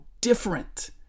different